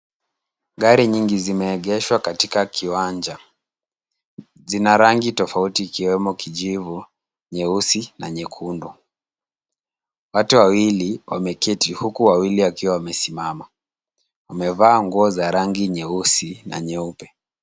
Gari nyingi zimeegeshwa katika kiwanja. Zina rangi tofauti ikiwemo kijivu, nyeusi na nyekundu. Watu wawili wameketi huku wawili wakiwa wamesimama. Wamevaa nguo za rangi nyeusi na nyeupe.